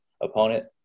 opponent